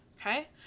Okay